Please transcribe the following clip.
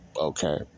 Okay